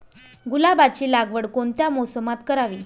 गुलाबाची लागवड कोणत्या मोसमात करावी?